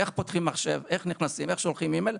איך פותחים מחשב, איך נכנסים, איך שולחים אי-מייל.